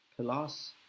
plus